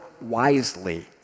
wisely